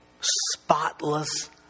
spotless